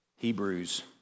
Hebrews